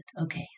Okay